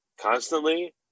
constantly